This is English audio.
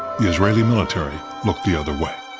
the israeli military looked the other way.